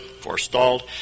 forestalled